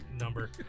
number